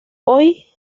hoy